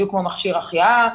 בדיוק כמו מכשיר החייאה,